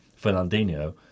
Fernandinho